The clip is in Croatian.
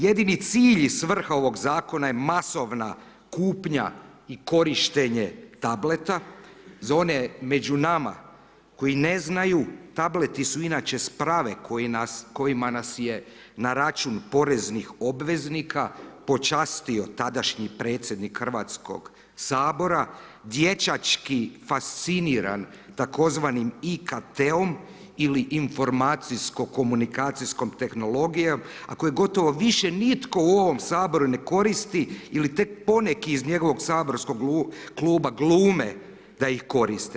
Jedini cilj i svrha ovog zakona je masovna kupnja i korištenje tableta, za one među nama, koji ne znaju, tableti su inače sprave kojima nas je na račun poreznih obveznika počastio tadašnji predsjednik Hrvatskog sabora, dječački fasciniram tzv. IKT-om ili informacijskom komunikacijskom tehnologijom, a koji gotovo više nitko u ovom Saboru ne koristi, ili tek poneki iz njegovog saborskog kluba glume da ih koriste.